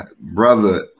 brother